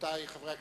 רבותי חברי הכנסת,